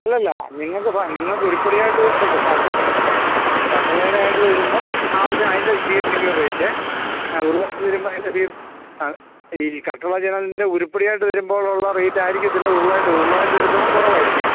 അല്ലല്ല നിങ്ങൾക്ക് നിങ്ങക്ക് ഉരുപ്പടി ആയിട്ട് പറഞ്ഞില്ലേ കാട്ടും കട്ട്ളയോടെ ആയിട്ട് വരുമ്പം ആ ഒരു അതിൻ്റെ സിഎഫ്റ്റിയ്ക്കൂ റേറ്റ് ആ ഉരുളായിട്ട് വരുമ്പം അതിൻ്റെ സി എഫ് ആ ഈ കട്ടിള ജനലിൻ്റെ ഉരുപ്പടി ആയിട്ട് വരുമ്പോഴുള്ള റേയ്റ്റ് ആയിരിക്കത്തില്ല ഉരുളായിട്ട് ഉരുൾ ആയിട്ട് എടുക്കുമ്പം കുറവായിരിക്കും